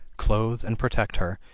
clothe, and protect her,